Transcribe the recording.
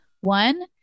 One